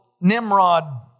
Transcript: Nimrod